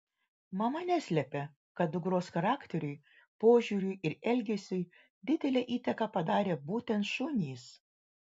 mama neslepia kad dukros charakteriui požiūriui ir elgesiui didelę įtaką padarė būtent šunys